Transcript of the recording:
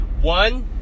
One